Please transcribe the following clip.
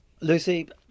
Lucy